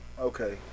Okay